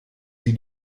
sie